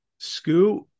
Scoo